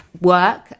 work